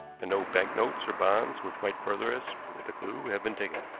and no banknotes or bonds which might further us with a clew have been taken.